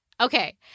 okay